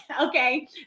okay